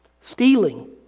Stealing